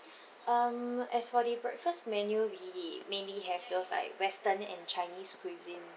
um as for the breakfast menu we mainly have those like western and chinese cuisine